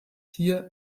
hier